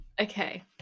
Okay